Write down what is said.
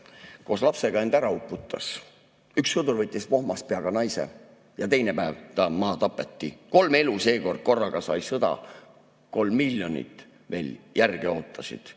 / Koos lapsega end ära uputas // Üks sõdur võttis pohmas peaga naise / Ja teine päev ta maha tapeti / Kolm elu seekord korraga sai sõda / Kolm miljonit veel järge ootasid."